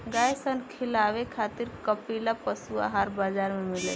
गाय सन खिलावे खातिर कपिला पशुआहार बाजार में मिलेला